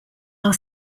are